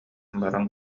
баран